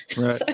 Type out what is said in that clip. Right